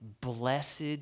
Blessed